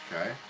Okay